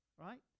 right